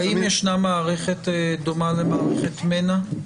האם יש מערכת דומה למערכת מנ"ע?